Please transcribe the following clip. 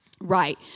Right